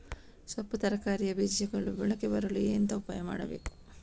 ಸೊಪ್ಪು ತರಕಾರಿಯ ಬೀಜಗಳು ಮೊಳಕೆ ಬರಲು ಎಂತ ಉಪಾಯ ಮಾಡಬೇಕು?